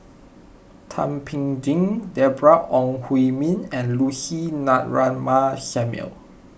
Thum Ping Tjin Deborah Ong Hui Min and Lucy Ratnammah Samuel